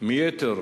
מיתר